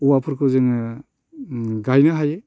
औवाफोरखौ जोङो गायनो हायो